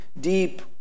deep